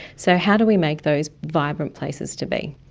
so how do we make those vibrant places to be?